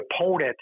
opponent